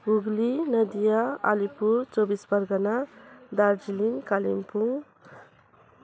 Hooghly Nadia Alipur Chaubis Pargana Darjeeling Kalimpong